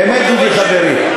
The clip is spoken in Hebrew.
באמת דודי חברי,